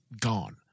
gone